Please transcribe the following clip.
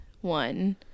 One